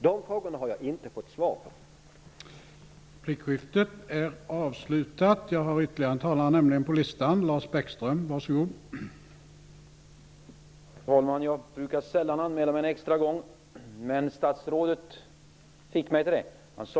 De frågorna har jag inte fått svar på.